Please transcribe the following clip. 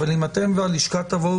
אבל אם אתם והלשכה תבואו